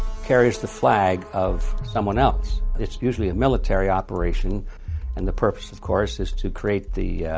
carries the flag of someone else. it's usually a military operation and the purpose, of course, is to create the